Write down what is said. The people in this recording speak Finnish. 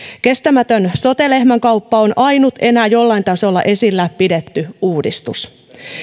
kestämätön sote lehmänkauppa on ainut enää jollain tasolla esillä pidetty uudistus